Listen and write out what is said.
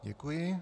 Děkuji.